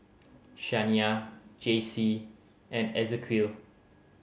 Shaniya Jaycee and Ezequiel